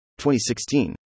2016